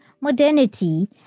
modernity